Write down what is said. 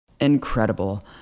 Incredible